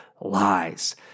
lies